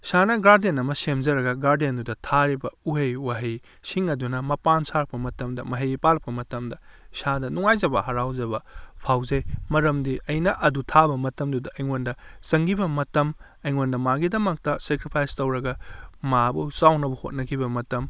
ꯏꯁꯥꯅ ꯒꯥꯔꯗꯦꯟ ꯑꯃ ꯁꯦꯝꯖꯔꯒ ꯒꯥꯔꯗꯦꯟꯑꯗꯨꯗ ꯊꯥꯔꯤꯕ ꯎꯍꯩ ꯋꯥꯍꯩꯁꯤꯡ ꯑꯗꯨꯅ ꯃꯄꯥꯟ ꯁꯥꯔꯛꯄ ꯃꯇꯝꯗ ꯃꯍꯩ ꯄꯥꯜꯂꯛꯄ ꯃꯇꯝꯗ ꯏꯁꯥꯗ ꯅꯨꯉꯥꯏꯖꯕ ꯍꯔꯥꯎꯖꯕ ꯐꯥꯎꯖꯩ ꯃꯔꯝꯗꯤ ꯑꯩꯅ ꯑꯗꯨ ꯊꯥꯕ ꯃꯇꯝꯗꯨꯗ ꯑꯩꯉꯣꯟꯗ ꯆꯪꯒꯤꯕ ꯃꯇꯝ ꯑꯩꯉꯣꯟꯗ ꯃꯥꯒꯤꯗꯃꯛꯇ ꯁꯦꯀ꯭ꯔꯤꯐꯥꯏꯁ ꯇꯧꯔꯒ ꯃꯥꯕꯨ ꯆꯥꯎꯅꯕ ꯍꯣꯠꯅꯈꯤꯕ ꯃꯇꯝ